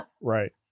Right